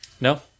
No